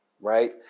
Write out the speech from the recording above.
right